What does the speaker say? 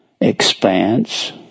expanse